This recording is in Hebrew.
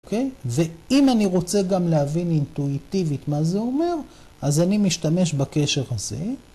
ואם אני רוצה גם להבין אינטואיטיבית מה זה אומר, אז אני משתמש בקשר הזה.